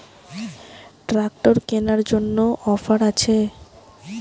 Tractor কেনার জন্য offer আছে?